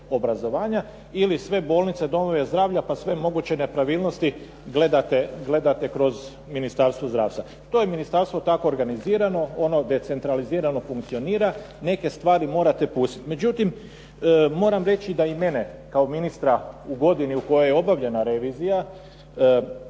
ili sve bolnice, domove zdravlja pa sve moguće nepravilnosti gledate kroz Ministarstvo zdravstva. To je ministarstvo tako organizirano, ono decentralizirano funkcionira, neke stvari morate pustiti. Međutim, moram reći da i mene kao ministra u godini u kojoj je obavljena revizija